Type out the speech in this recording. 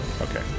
Okay